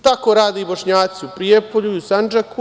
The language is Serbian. Tako rade i Bošnjaci u Prijepolju, Sandžaku.